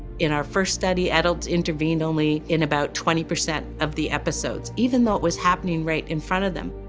in our first study, adult intervened only in about twenty percent of the episodes, even though it was happening right in front of them.